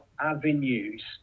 avenues